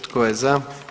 Tko je za?